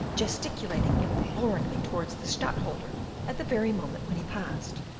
gesticulating imploringly towards the stadtholder at the very moment when he passed.